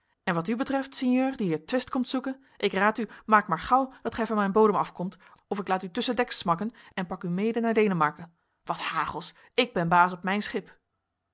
en wat u betreft sinjeur die hier twist komt zoeken ik raad u maak maar gauw dat gij van mijn bodem afkomt of ik laat u tusschendeks smakken en pak u mede naar denemarken wat hagels ik ben baas op mijn schip